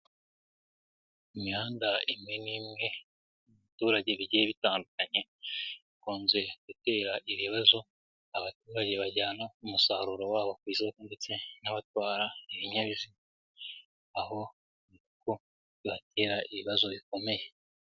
Imihanda imwe n'imwe mu biturage bigiye bitandukanye ikunze gutera ibibazo abaturage bajyana umusaruro wabo ku isoko ndetse n'abatwara ibinyabiziga aho bibatera ibibazo bikomeye.